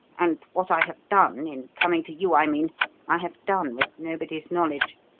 and what i have done in coming to you, i mean i have done with nobody's knowledge.